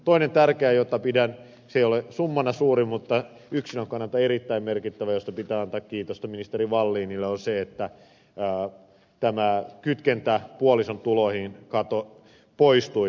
toinen tärkeä asia joka ei ole summana suuri mutta yksilön kannalta erittäin merkittävä josta pitää antaa kiitosta ministeri wallinille on se että tämä kytkentä puolison tuloihin poistui